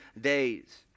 days